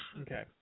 Okay